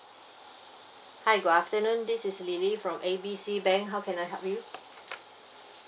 hi good afternoon this is lily from A B C bank how can I help you